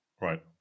Right